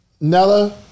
Nella